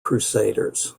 crusaders